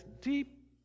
deep